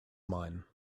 mine